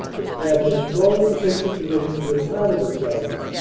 established strong defensive positions with part of his guns,